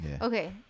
Okay